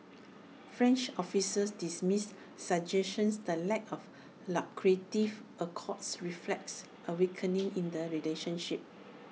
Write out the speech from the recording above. French officials dismiss suggestions the lack of lucrative accords reflects A weakening in the relationship